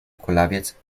kulawiec